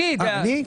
אני?